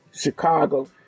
chicago